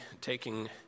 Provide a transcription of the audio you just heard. taking